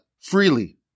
freely